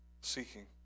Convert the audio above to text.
seeking